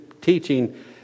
teaching